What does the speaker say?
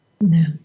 no